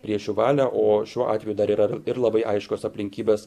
prieš jų valią o šiuo atveju dar yra ir labai aiškios aplinkybės